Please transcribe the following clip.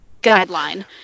guideline